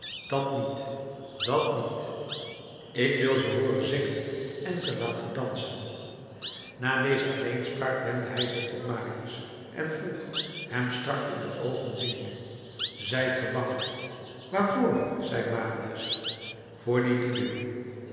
dat niet dat niet ik wil ze hooren zingen en ze laten dansen na deze alleenspraak wendde hij zich tot marius en vroeg hem strak in de oogen ziende zijt ge bang waarvoor zei marius voor die lieden